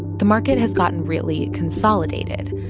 the market has gotten really consolidated,